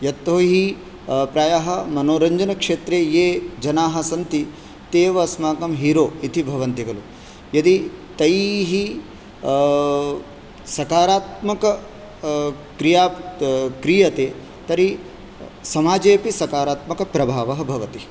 यतोहि प्रायः मनोरञ्जनक्षेत्रे ये जनाः सन्ति ते एव अस्माकं हीरो इति भवन्ति खलु यदि तैः सकारात्मक क्रिया क्रियते तर्हि समाजेऽपि सकारात्मकप्रभावः भवति